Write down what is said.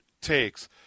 takes